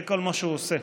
זה כל מה שהוא עושה.